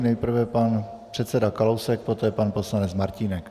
Nejprve pan předseda Kalousek, poté pan poslanec Martínek.